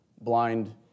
Blind